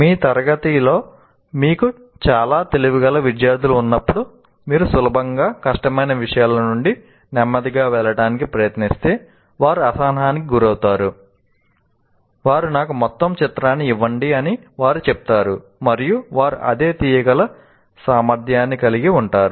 మీ తరగతిలో మీకు చాలా తొలివిగల విద్యార్థులు ఉన్నప్పుడు మీరు సులభంగా కష్టమైన విషయాల నుండి నెమ్మదిగా వెళ్ళడానికి ప్రయత్నిస్తే వారు అసహనానికి గురవుతారు వారు నాకు మొత్తం చిత్రాన్ని ఇవ్వండి అని వారు చెప్తారు మరియు వారు అదే తీయగల సామర్థ్యాన్ని కలిగి ఉంటారు